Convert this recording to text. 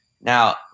Now